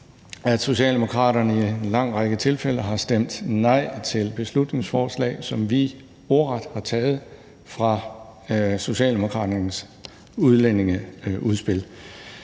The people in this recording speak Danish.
at Socialdemokraterne i en lang række tilfælde har stemt nej til beslutningsforslag, som vi ordret har taget fra Socialdemokraternes udlændingeudspil.